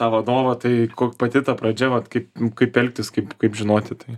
tą vadovą tai kok pati ta pradžia vat kaip kaip elgtis kaip kaip žinoti tai